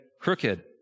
crooked